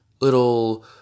little